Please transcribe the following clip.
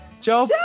Joe